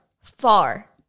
far